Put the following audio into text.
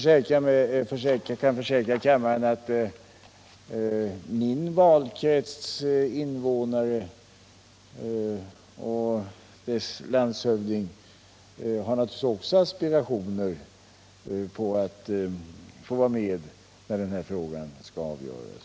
Jag kan försäkra kammaren att i min valkrets både invånarna och naturligtvis också landshövdingen har aspirationer på att få vara med när denna fråga skall avgöras.